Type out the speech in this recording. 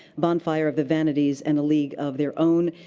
bonfire of the vanities and a league of their own.